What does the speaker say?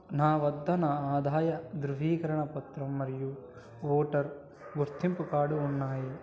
నా వద్ద నా ఆదాయ ధృవీకరణ పత్రం మరియు ఓటర్ గుర్తింపు కార్డు ఉన్నాయి